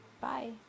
Bye